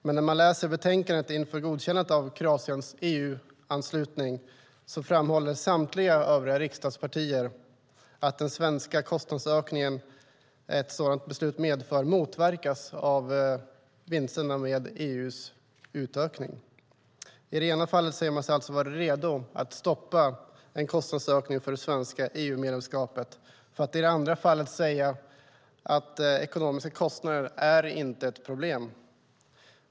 Men i betänkandet inför godkännandet av Kroatiens EU-anslutning framhåller samtliga övriga riksdagspartier att en kostnadsökning för Sverige motverkas av vinsterna med EU:s utökning. I det ena fallet säger man sig alltså vara redo att stoppa en kostnadsökning för det svenska EU-medlemskapet för att i det andra fallet säga att ekonomiska kostnader inte är ett problem.